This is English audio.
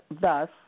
Thus